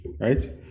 Right